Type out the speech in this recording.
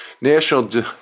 National